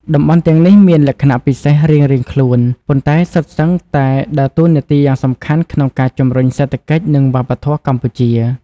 តំបន់ទាំងនេះមានលក្ខណៈពិសេសរៀងៗខ្លួន ប៉ុន្តែសុទ្ធសឹងតែដើរតួនាទីយ៉ាងសំខាន់ក្នុងការជំរុញសេដ្ឋកិច្ច និងវប្បធម៌កម្ពុជា។